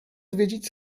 zwiedzić